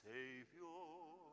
Savior